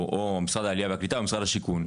או משרד העלייה והקליטה ומשרד השיכון,